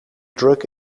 drug